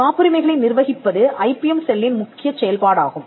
காப்புரிமைகளை நிர்வகிப்பது ஐபிஎம் செல்லின் முக்கியச் செயல்பாடாகும்